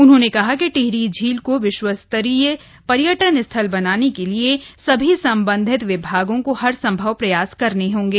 उन्होंने कहा कि टिहरी झील को विश्वस्तरीय पर्यटन स्थल बनाने के लिए सभी सम्बन्धित विभागों को हर सम्भव प्रयास करने होंगे